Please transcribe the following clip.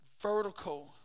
vertical